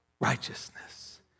righteousness